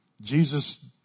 Jesus